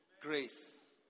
Grace